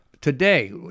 today